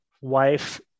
wife